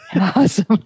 awesome